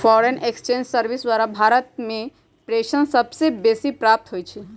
foreign exchange service द्वारा भारत में प्रेषण सबसे बेसी प्राप्त होई छै